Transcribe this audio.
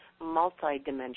multidimensional